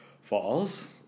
falls